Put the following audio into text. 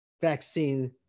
vaccine